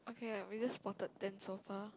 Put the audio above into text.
ya we just spotted ten so far